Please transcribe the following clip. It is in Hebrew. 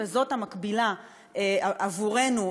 וזאת המקבילה עבורנו,